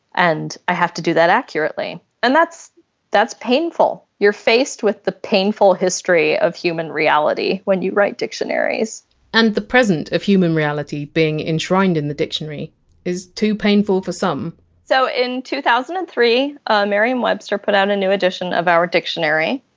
and i have to do that accurately and that's that's painful. you're faced with the painful history of human reality, when you write dictionaries and the present of human reality being enshrined in the dictionary is too painful for some so in two thousand and three merriam-webster put out a new edition of our dictionary,